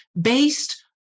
based